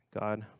God